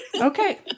Okay